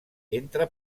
entre